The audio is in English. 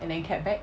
and then cab back